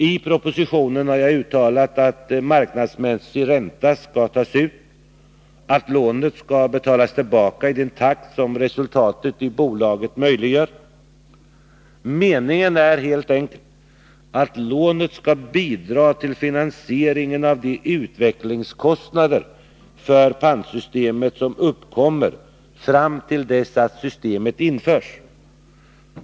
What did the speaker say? I propositionen har jag uttalat att marknadsmässig ränta skall tas ut och att lånet skall betalas tillbaka i den takt som resultatet i bolaget möjliggör. Meningen är att lånet skall bidra till finansieringen av de utvecklingskostnader för pantsystemet som uppkommer fram till dess att systemet införs.